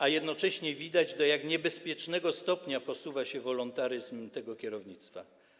A jednocześnie widać, do jak niebezpiecznego stopnia posuwa się woluntaryzm tego kierownictwa.